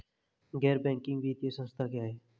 गैर बैंकिंग वित्तीय संस्था क्या है?